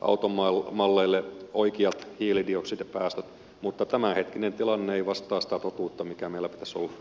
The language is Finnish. automalleille oikeat hiilidioksidipäästöt mutta tämänhetkinen tilanne ei vastaa sitä totuutta mikä meillä pitäisi olla